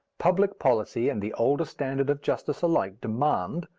public policy and the older standard of justice alike demand,